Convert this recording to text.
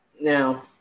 Now